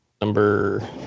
Number